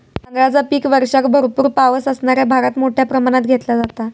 तांदळाचा पीक वर्षाक भरपूर पावस असणाऱ्या भागात मोठ्या प्रमाणात घेतला जाता